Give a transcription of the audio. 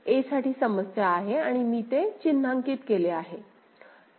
a साठी समस्या आहे आणि मी ते चिन्हांकित केले आहे